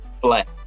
black